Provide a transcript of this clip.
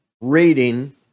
reading